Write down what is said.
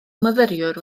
myfyriwr